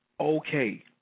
okay